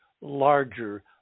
larger